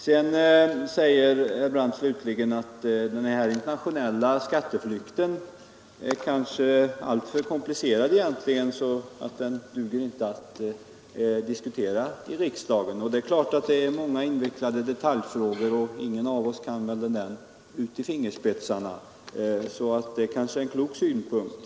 Slutligen sade herr Brandt att den internationella skatteflykten kanske är alltför komplicerad för att diskuteras här i riksdagen. Ja, det finns naturligtvis där många invecklade detaljfrågor, och ingen av oss kan väl dem så särskilt bra, så det var kanske en klok synpunkt.